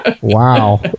Wow